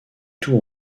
tout